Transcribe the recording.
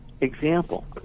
example